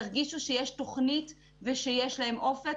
ירגישו שיש תוכנית ושיש להם אופק.